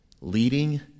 leading